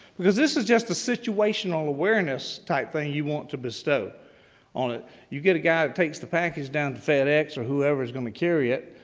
because this is just the situational awareness type thing you want to bestow on a you get a guy who takes the package down to fedex, or whoever is going to carry it,